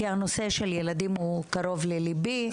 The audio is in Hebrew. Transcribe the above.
כי הנושא של ילדים הוא קרוב לליבי,